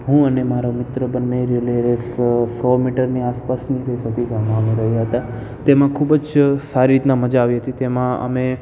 હું અને મારો મિત્ર બંને રિલે રેસ સો મીટરની આસપાસની રેસ હતી તેમાં અમે રહ્યાં હતા તેમાં ખૂબ જ સારી રીતના મજા આવી હતી તેમાં અમે